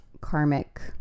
karmic